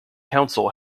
council